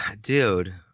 dude